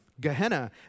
Gehenna